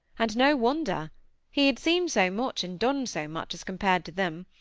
and no wonder he had seen so much and done so much as compared to them,